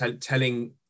telling